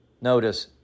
Notice